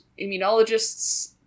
immunologists